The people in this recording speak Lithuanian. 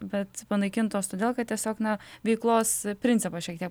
bet panaikintos todėl kad tiesiog na veiklos principas šiek tiek